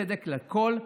צדק לכול,